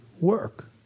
work